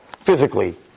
physically